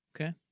Okay